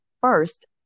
first